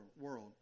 world